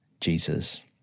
Jesus